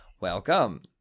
welcome